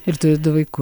ir turit du vaiku